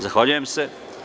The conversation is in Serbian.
Zahvaljujem se.